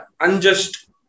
unjust